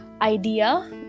idea